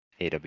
AW